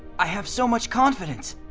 i have so much confidence!